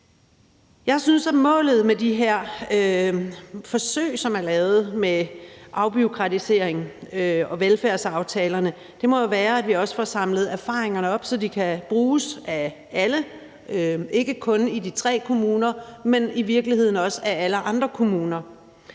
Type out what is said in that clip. Jeg synes, at målet med de her forsøg med afbureaukratisering og velfærdsaftalerne må være, at vi også får samlet erfaringerne op, så de kan bruges af alle, ikke kun i de tre kommuner, men i virkeligheden også i alle andre kommuner.